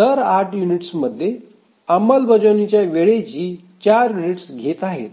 दर 8 युनिट्स मध्ये अंमलबजावणीच्या वेळेची 4 युनिट्स घेत आहेत